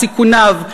סיכוניו.